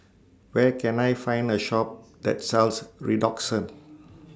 Where Can I Find A Shop that sells Redoxon